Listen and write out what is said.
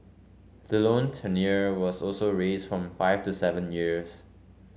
the loan tenure was also raised from five to seven years